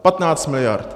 Patnáct miliard!